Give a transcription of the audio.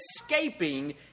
escaping